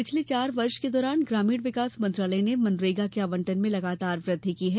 पिछले चार वर्ष के दौरान ग्रामीण विकास मंत्रालय ने मनरेगा के आवंटन में लगातार वृद्धि की है